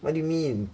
what do you mean